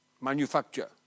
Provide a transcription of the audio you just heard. Manufacture